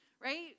right